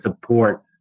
support